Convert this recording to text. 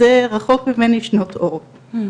זה רחוק ממני מרחק שנות אור.